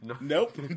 Nope